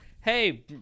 hey